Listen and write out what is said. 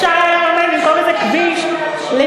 אפשר היה אולי למכור איזה כביש לתפוח,